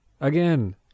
again